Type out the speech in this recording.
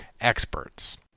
experts